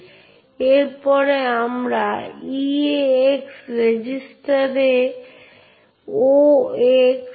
এইগুলি ছাড়াও read write execute bit যা নির্দিষ্ট করা হয়েছে তা হল অন্যান্য দিক যেমন symbolic link directory file sticky bit ইত্যাদি